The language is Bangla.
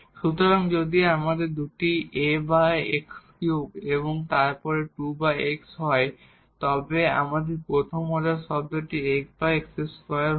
সুতরাং যদি আমাদের দুটি Ax3 এবং তারপরে এই 2x হয় তবে এখানে প্রথম অর্ডার টার্মটি Ax2 হবে